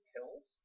Pills